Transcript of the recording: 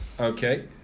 Okay